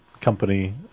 company